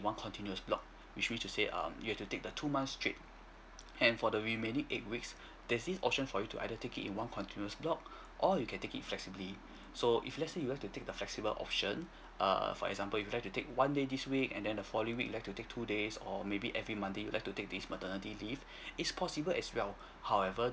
in one continuous block which mean to say um you have to take the two months straight and for the remaining eight weeks there's this option for you to either take it one continuous block or you can take it flexibly so if let's say you have to take the flexible option err for example you would like to take one day this week and then the following week you would like to take two days or maybe every month you that you would like to take this maternity leave is possible as well however